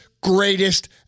greatest